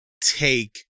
take